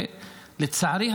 לצערי,